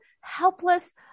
helpless